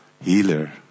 Healer